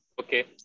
okay